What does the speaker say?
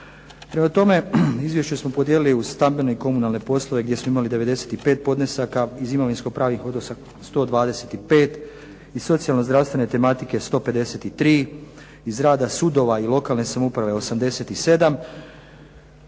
Prema tome, izvješća smo podijelili u stambene i komunalne poslove gdje smo imali 95 podnesaka, iz imovinsko-pravnih odnosa 125, iz socijalno zdravstvene tematike 153, iz rada sudova i lokalne samouprave 87